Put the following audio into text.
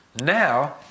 Now